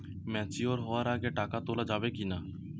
Mature হওয়ার আগে টাকা তোলা যাবে কিনা?